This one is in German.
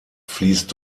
fließt